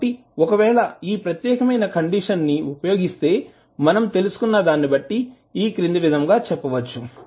కాబట్టి ఒకవేళ ఈ ప్రత్యేకమైన కండిషన్ ని ఉపయోగిస్తే మనం తెలుసుకున్న దాని బట్టి ఈ క్రింది విధంగా చెప్పవచ్చు